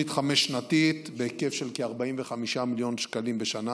חמש-שנתית בהיקף של כ-45 מיליון שקלים בשנה,